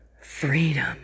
freedom